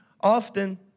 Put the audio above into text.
Often